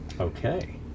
Okay